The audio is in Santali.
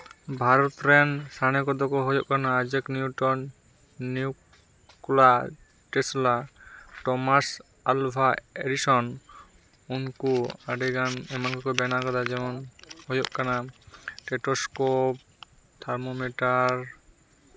ᱵᱷᱟᱨᱚᱛ ᱨᱮᱱ ᱥᱟᱬᱮᱥ ᱠᱚᱫᱚ ᱠᱚ ᱦᱩᱭᱩᱜ ᱠᱟᱱᱟ Isaac Newton Nikola Tesla Thomas Alva Edison ᱩᱱᱠᱩ ᱟᱹᱰᱤᱜᱟᱱ ᱮᱢᱟᱱ ᱠᱚ ᱵᱮᱱᱟᱣ ᱠᱟᱫᱟ ᱡᱮᱢᱚᱱ ᱦᱳᱭᱳᱜ ᱠᱟᱱᱟ ᱴᱮᱴᱳᱥᱠᱳᱯ ᱛᱷᱟᱨᱢᱳ ᱢᱤᱴᱟᱨ